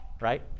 right